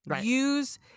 use